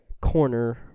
corner